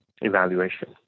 evaluation